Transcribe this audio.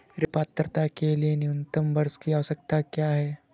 ऋण पात्रता के लिए न्यूनतम वर्ष की आवश्यकता क्या है?